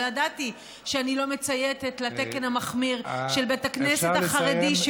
לא ידעתי שאני לא מצייתת לתקן המחמיר של בית הכנסת החרדי,